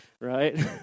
right